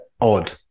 odd